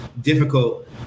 difficult